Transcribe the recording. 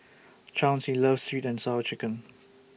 Chauncy loves Sweet and Sour Chicken